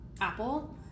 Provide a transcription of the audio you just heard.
apple